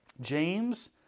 James